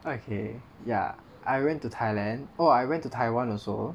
okay ya I went to Thailand oh I went to Taiwan also